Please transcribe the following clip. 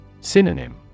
Synonym